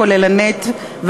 כוללנית,